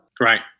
Right